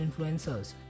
influencers